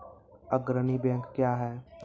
अग्रणी बैंक क्या हैं?